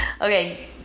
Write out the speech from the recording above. Okay